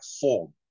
form